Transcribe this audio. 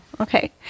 Okay